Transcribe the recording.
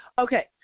Okay